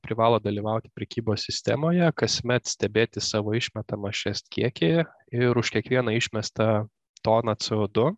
privalo dalyvauti prekybos sistemoje kasmet stebėti savo išmetamas šias kiekį ir už kiekvieną išmestą toną c o du